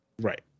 Right